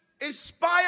inspire